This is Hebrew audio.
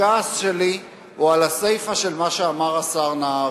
הכעס שלי הוא על הסיפא של מה שאמר השר נהרי.